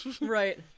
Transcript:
Right